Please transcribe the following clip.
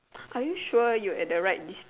are you sure you at the right distr~